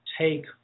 take